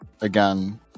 again